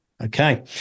Okay